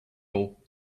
all